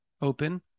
open